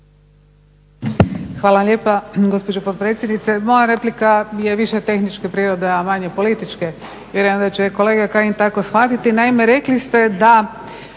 Hvala lijepo gospođo potpredsjednice. Moja replika je više tehničke prirode, a manje političke vjerujem da će kolega Kajin tako shvatiti. Naime rekli ste da